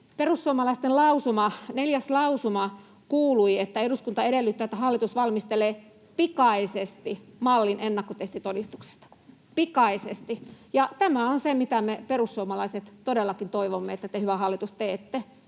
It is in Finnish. Perussuomalaisten 4. lausuma kuului: ”Eduskunta edellyttää, että hallitus valmistelee pikaisesti mallin ennakkotestitodistuksesta.” Pikaisesti. Tämä on se, mitä me perussuomalaiset todellakin toivomme, että te, hyvä hallitus, teette.